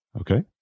Okay